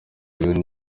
rero